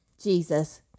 Jesus